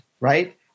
right